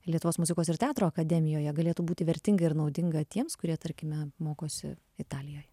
lietuvos muzikos ir teatro akademijoje galėtų būti vertinga ir naudinga tiems kurie tarkime mokosi italijoj